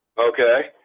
Okay